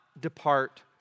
depart